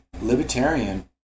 libertarian